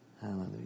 Hallelujah